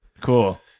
Cool